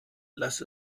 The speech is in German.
lass